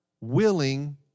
willing